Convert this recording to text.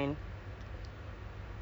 I made apam balik